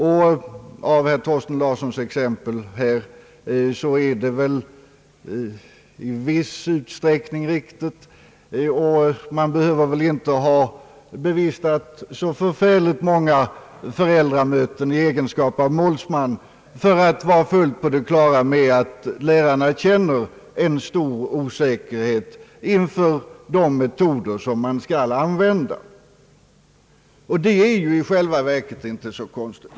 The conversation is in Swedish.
Att döma av herr Thorsten Larssons exempel är detta väl i viss utsträckning riktigt. Man behöver inte ha bevistat så många föräldramöten i egenskap av målsman för att vara fullt på det klara med att lärarna känner en stor osäkerhet inför de metoder som man skall använda. Det är i själva verket inte så konstigt.